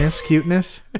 cuteness